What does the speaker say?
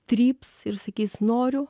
tryps ir sakys noriu